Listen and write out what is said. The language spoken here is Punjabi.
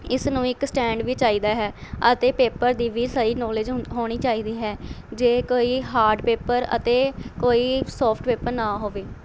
ਇਸ ਨੂੰ ਇੱਕ ਸਟੈਂਡ ਵੀ ਚਾਹੀਦਾ ਹੈ ਅਤੇ ਪੇਪਰ ਦੀ ਵੀ ਸਹੀ ਨੋਲੇਜ ਹੋਣੀ ਚਾਹੀਦੀ ਹੈ ਜੇ ਕੋਈ ਹਾਰਡ ਪੇਪਰ ਅਤੇ ਕੋਈ ਸੋਫਟ ਪੇਪਰ ਨਾ ਹੋਵੇ